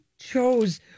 chose